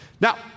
Now